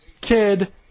kid